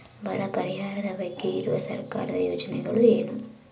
ಬರ ಪರಿಹಾರದ ಬಗ್ಗೆ ಇರುವ ಸರ್ಕಾರದ ಯೋಜನೆಗಳು ಏನು?